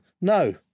No